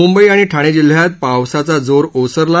मुंबई आणि ठाणे जिल्ह्यात पावसांचा जोर ओसरला